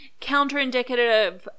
counterindicative